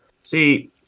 See